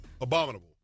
abominable